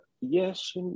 Yes